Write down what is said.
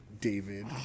David